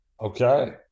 Okay